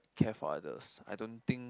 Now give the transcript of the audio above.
care for others I don't think